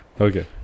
Okay